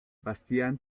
bastián